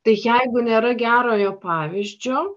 tai jeigu nėra gerojo pavyzdžio